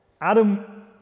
Adam